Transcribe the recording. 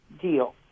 deal